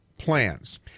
Plans